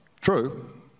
True